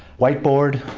whiteboard.